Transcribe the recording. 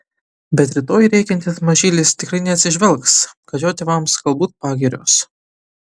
bet rytoj rėkiantis mažylis tikrai neatsižvelgs kad jo tėvams galbūt pagirios